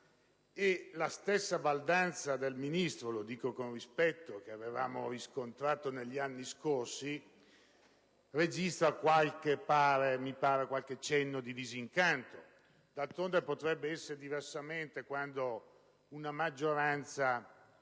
la stessa baldanza del Ministro - lo dico con rispetto - che avevamo riscontrato negli anni scorsi registri qualche cenno di disincanto. D'altronde, potrebbe essere diversamente quando una maggioranza